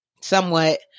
somewhat